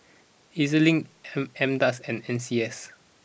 Ez Link M M dose and N C S